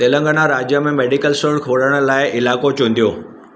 तेलंगाना राज्य में medical store खोलण लाइ इलाइक़ो चूंडियो